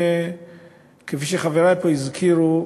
כפי שחברי פה הזכירו,